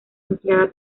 empleada